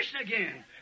again